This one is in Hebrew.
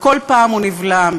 וכל פעם הוא נבלם,